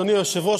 אדוני היושב-ראש,